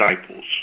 disciples